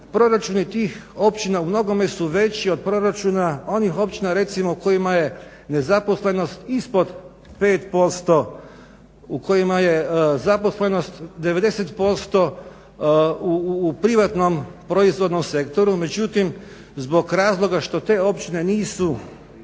proračuni tih općina u mnogome su veći od proračuna onih općina recimo kojima je nezaposlenost ispod 5%, u kojima je zaposlenost 90% u privatnom proizvodnom sektoru. Međutim, zbog razloga što te općine nisu